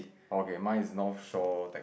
okay mine is Northshore Tech